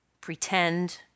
pretend